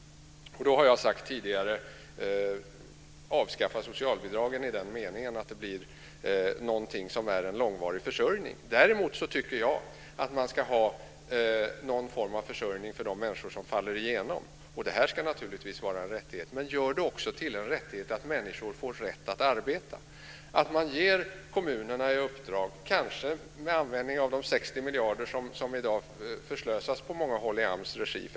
Jag har tidigare sagt att man bör avskaffa socialbidragen i den meningen att det blir fråga om en långvarig försörjning. Däremot tycker jag att man ska ha någon form av försörjning för de människor som faller igenom. Det ska naturligtvis vara en rättighet. Men det bör också bli en rättighet för människor att få arbeta. Man bör ge kommunerna detta i uppdrag, kanske med användning av de 60 miljarder som i dag förslösas på många håll i AMS regi.